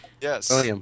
Yes